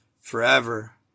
forever